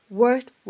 worst